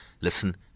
Listen